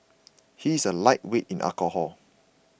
he is a lightweight in alcohol